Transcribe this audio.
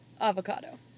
avocado